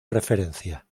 referencia